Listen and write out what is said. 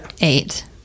eight